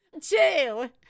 Two